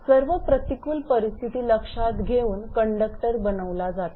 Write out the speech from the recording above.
सर्व प्रतिकूल परिस्थिती लक्षात घेऊन कंडक्टर बनवावा लागतो